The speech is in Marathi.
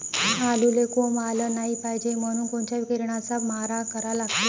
आलूले कोंब आलं नाई पायजे म्हनून कोनच्या किरनाचा मारा करा लागते?